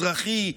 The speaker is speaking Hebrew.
אזרחי,